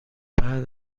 بعد